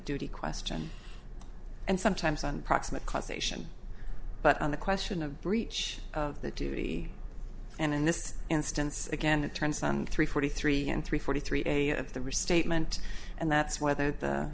duty question and sometimes on proximate cause ation but on the question of breach of the duty and in this instance again it turns on three forty three and three forty three day of the restatement and that's whether the